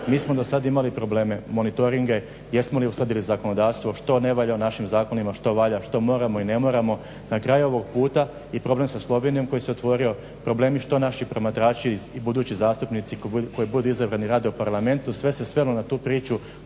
Mi smo do sad imali probleme, monitoringe, jesmo li uskladili zakonodavstvo, što ne valja u našim zakonima, što valja, što moramo i ne moramo. Na kraju ovog puta i problem sa Slovenijom koji se otvorio, problemi što naši promatrači i budući zastupnici koji budu izabrani rade u Parlamentu, sve se svelo na tu priču